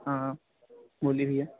हाँ बोलिए भैया